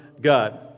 God